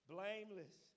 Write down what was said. Blameless